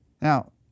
Now